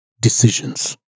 decisions